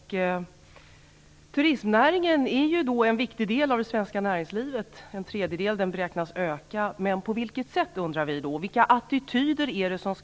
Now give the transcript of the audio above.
Turistnäringen utgör en viktig del av det svenska näringslivet, närmare bestämt en tredjedel, och den beräknas öka. Men på vilket sätt? undrar vi. Vilka attityder skall få råda?